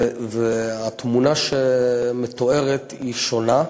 והתמונה שמתוארת היא שונה,